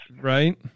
right